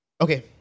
Okay